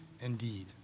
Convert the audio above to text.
indeed